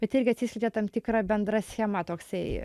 bet irgi atsiskleidžia tam tikra bendra schema toksai